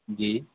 جی